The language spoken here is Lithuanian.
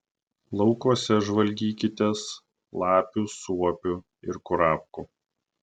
laukuose žvalgykitės lapių suopių ir kurapkų